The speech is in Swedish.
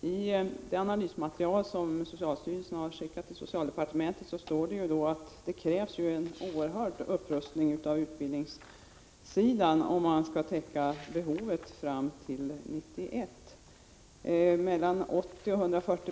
I det analysmaterial som socialstyrelsen har skickat till socialdepartementet framhålls att det krävs en oerhörd upprustning på utbildningssidan om man skall kunna täcka behovet fram till 1991.